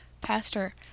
pastor